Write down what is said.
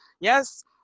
yes